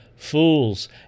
fools